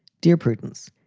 dear prudence,